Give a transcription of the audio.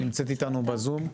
נמצאת איתנו בזום,